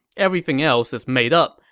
everything else is made up,